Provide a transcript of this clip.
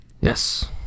Yes